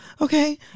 okay